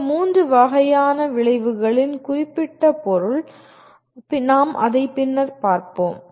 இந்த மூன்று வகையான விளைவுகளின் குறிப்பிட்ட பொருள் நாம் அதை பின்னர் பார்ப்போம்